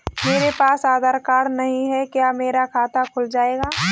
मेरे पास आधार कार्ड नहीं है क्या मेरा खाता खुल जाएगा?